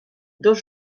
dos